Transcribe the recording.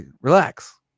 relax